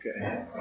Okay